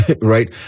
right